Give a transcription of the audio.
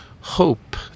hope